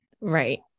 Right